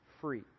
free